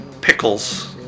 Pickles